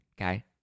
okay